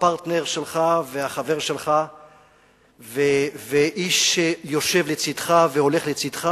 הפרטנר שלך והחבר שלך והאיש שיושב לצדך והולך לצדך,